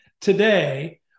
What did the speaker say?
Today